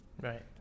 Right